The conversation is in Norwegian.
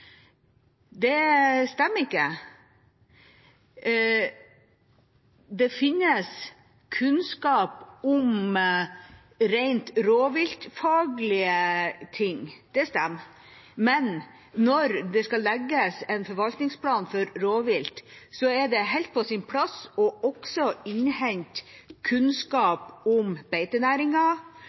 Det stemmer ikke. Det finnes kunnskap om rent rovviltfaglige ting, det stemmer, men når det skal legges en forvaltningsplan for rovvilt, er det helt på sin plass også å innhente kunnskap om